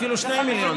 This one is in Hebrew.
אפילו 2 מיליון,